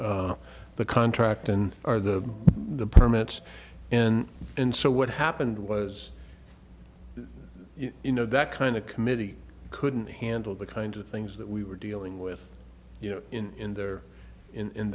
the contract and or the permits and and so what happened was you know that kind of committee couldn't handle the kinds of things that we were dealing with you know in their in